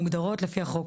מוגדרות לפי החוק,